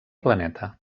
planeta